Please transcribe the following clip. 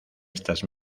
estas